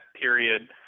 period